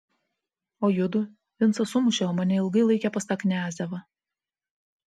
o judu vincą sumušė o mane ilgai laikė pas tą kniazevą